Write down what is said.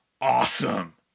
awesome